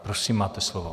Prosím, máte slovo.